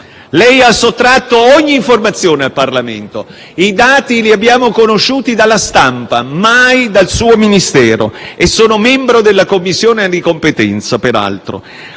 Lei ha sottratto ogni informazione al Parlamento: i dati li abbiamo conosciuti dalla stampa, mai dal suo Ministero e, peraltro, sono membro della Commissione competente.